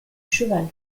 cheval